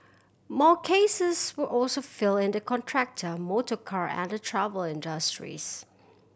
more cases were also filed in the contractor motorcar and the travel industries